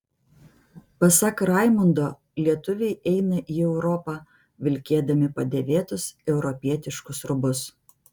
pasak raimundo lietuviai eina į europą vilkėdami padėvėtus europietiškus rūbus